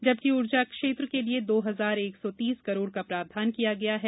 जबकि ऊर्जा क्षेत्र के लिए दो हजार एक सौ तीस करोड़ का प्रावधान किया गया है